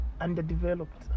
underdeveloped